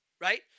right